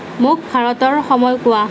মোক ভাৰতৰ সময় কোৱা